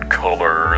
color